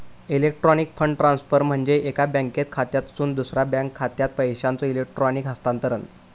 electronic fund transfer म्हणजे एका bank खात्यातसून दुसरा बँक खात्यात पैशांचो इलेक्ट्रॉनिक हस्तांतरण